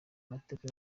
amateka